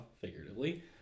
figuratively